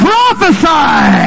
Prophesy